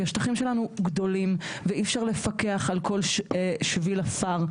כי השטחים שלנו גדולים ואי אפשר לפקח על כל שביל עפר.